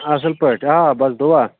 اَصٕل پٲٹھۍ آ بَس دُعا